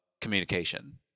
communication